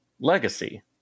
legacy